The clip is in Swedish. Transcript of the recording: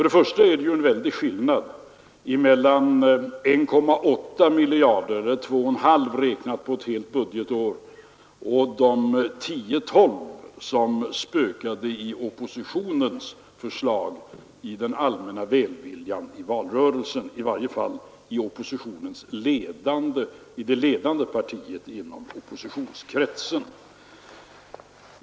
Det är en mycket stor skillnad mellan 1,8 miljarder kronor — eller 2,5 miljarder, räknat på ett helt budgetår — och de 10—12 miljarder som spökade i oppositionens förslag i den allmänna välviljan i valrörelsen, i varje fall hos det ledande partiet inom oppositionskretsen.